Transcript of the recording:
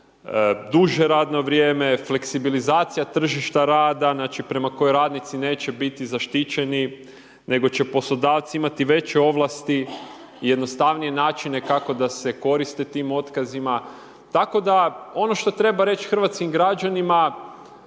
duže radno vrijeme, fleksibilizacija tržišta rada znači prema kojoj radnici neće biti zaštićeni nego će poslodavci imati veće ovlasti i jednostavnije načine kako da se koriste tim otkazima. Tako da, ono što treba reći hrvatskim građanima